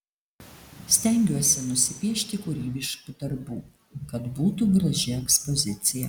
stengiuosi nusipiešti kūrybiškų darbų kad būtų graži ekspozicija